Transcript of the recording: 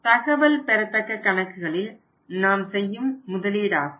தகவல் பெறத்தக்க கணக்குகளில் நாம் செய்யும் முதலீடாகும்